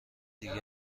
دیگر